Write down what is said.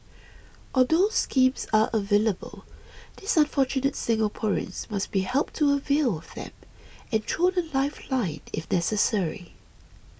although schemes are available these unfortunate Singaporeans must be helped to avail of them and thrown a lifeline if necessary